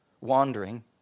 wandering